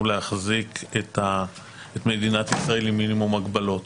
להחזיק את מדינת ישראל עם מינימום הגבלות.